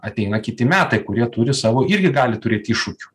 ateina kiti metai kurie turi savo irgi gali turėti iššūkių